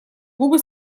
губы